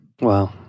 Wow